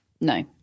No